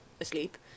asleep